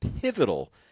pivotal